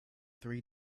three